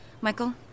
Michael